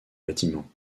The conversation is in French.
bâtiments